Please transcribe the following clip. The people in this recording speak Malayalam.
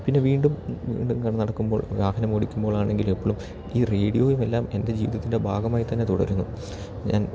പിന്നെ വീണ്ടും വീണ്ടും നടക്കുമ്പോൾ വാഹനം ഓടിക്കുമ്പോൾ ആണെങ്കിൽ എപ്പോഴും ഈ റേഡിയോയും എല്ലാം എൻ്റെ ജീവിതത്തിൻ്റെ ഭാഗമായി തന്നെ തുടരുന്നു ഞാൻ